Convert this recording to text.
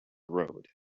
road